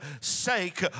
sake